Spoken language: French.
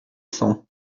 cents